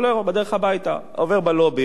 הוא בדרך הביתה עובר בלובי,